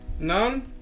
none